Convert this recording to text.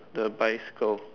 the bicycle